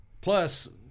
Plus